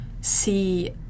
see